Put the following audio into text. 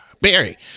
Barry